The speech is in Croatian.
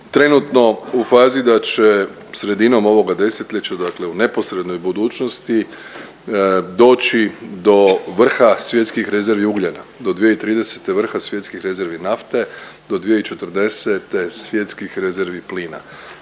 trenutno u fazi da će sredinom ovoga 10-ljeća, dakle u neposrednoj budućnosti doći do vrha svjetskih rezervi ugljena, do 2030. vrha svjetskih rezervi nafte, do 2040. svjetskih rezervi plina.